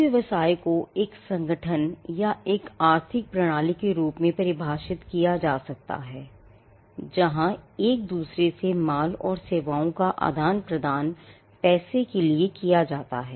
एक व्यवसाय को एक संगठन या एक आर्थिक प्रणाली के रूप में परिभाषित किया जा सकता है जहां एक दूसरे से माल और सेवाओं का आदान प्रदान पैसे के लिए किया जाता है